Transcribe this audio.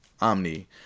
Omni